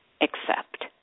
accept